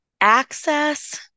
Access